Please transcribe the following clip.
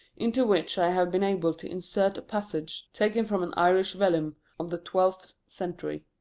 into which i have been able to insert a passage taken from an irish vellum of the twelfth century.